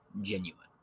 genuine